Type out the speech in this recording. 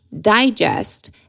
digest